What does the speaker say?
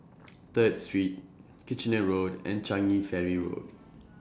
Third Street Kitchener Road and Changi Ferry Road